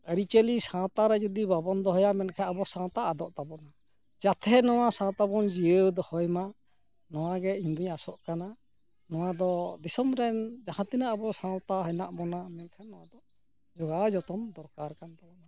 ᱟᱨᱤᱪᱟᱞᱤ ᱥᱟᱶᱛᱟᱨᱮ ᱡᱩᱫᱤ ᱵᱟᱵᱚᱱ ᱫᱚᱦᱚᱭᱟ ᱢᱮᱱᱠᱷᱟᱱ ᱟᱵᱚ ᱥᱟᱶᱛᱟ ᱟᱫᱚᱜ ᱛᱟᱵᱚᱱᱟ ᱡᱟᱛᱮ ᱱᱚᱣᱟ ᱥᱟᱶᱛᱟᱵᱚᱱ ᱡᱤᱭᱟᱹᱣ ᱫᱚᱦᱚᱭᱢᱟ ᱱᱚᱣᱟᱜᱮ ᱤᱧᱫᱚᱧ ᱟᱥᱚᱜ ᱠᱟᱱᱟ ᱱᱚᱣᱟ ᱫᱚ ᱫᱤᱥᱚᱢ ᱨᱮᱱ ᱡᱟᱦᱟᱸᱛᱤᱱᱟᱹᱜ ᱟᱵᱚ ᱥᱟᱶᱛᱟ ᱦᱮᱱᱟᱜ ᱵᱚᱱᱟ ᱢᱮᱱᱠᱷᱟᱱ ᱱᱚᱣᱟ ᱫᱚ ᱡᱚᱜᱟᱣ ᱡᱚᱛᱚᱱ ᱫᱚᱨᱠᱟᱨ ᱠᱟᱱ ᱛᱟᱵᱚᱱᱟ